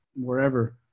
wherever